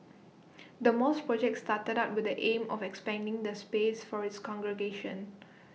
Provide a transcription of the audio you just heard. the mosque project started out with the aim of expanding the space for its congregation